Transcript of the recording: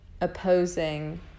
opposing